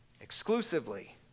exclusively